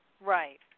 Right